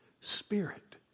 spirit